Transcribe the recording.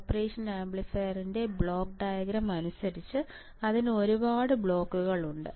operation ആംപ്ലിഫയറിന്റെ block diagram അനുസരിച്ച് അതിന് ഒരുപാട് ബ്ലോക്കുകൾ ഉണ്ട്